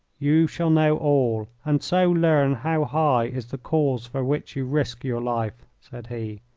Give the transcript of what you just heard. you shall know all, and so learn how high is the cause for which you risk your life, said he.